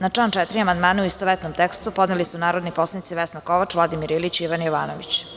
Na član 4. amandmane u istovetnom tekstu podneli su narodni poslanici Vesna Kovač, Vladimir Ilić i Ivan Jovanović.